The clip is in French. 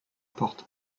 port